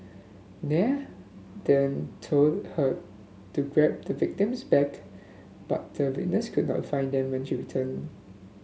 Nair then told her to grab the victim's bag but the witness could not find them when she returned